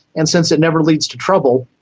and since it never leads to trouble,